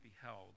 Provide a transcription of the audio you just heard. beheld